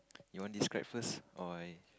you want describe first or